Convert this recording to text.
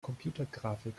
computergrafik